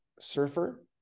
surfer